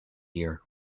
year